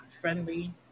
friendly